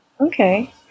Okay